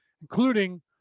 Including